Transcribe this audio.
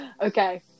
Okay